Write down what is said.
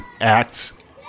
acts